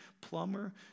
plumber